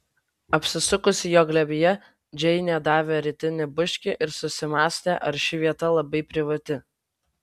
apsisukusi jo glėbyje džeinė davė rytinį bučkį ir susimąstė ar ši vieta labai privati